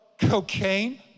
cocaine